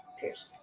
Pierce